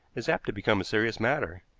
is apt to become a serious matter.